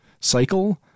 cycle